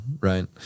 right